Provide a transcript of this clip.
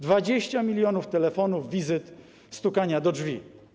20 mln telefonów, wizyt, stukania do drzwi.